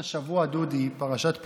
פרשת השבוע, דודי, פרשת פקודי,